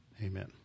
Amen